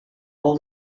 all